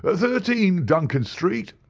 thirteen, duncan street,